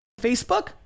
Facebook